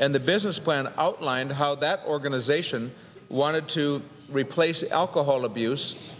and the business plan outlined how that organization wanted to replace alcohol abuse